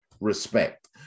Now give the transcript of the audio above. respect